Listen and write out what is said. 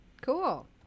cool